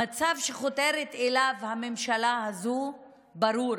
המצב שחותרת אליו הממשלה הזו ברור